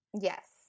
Yes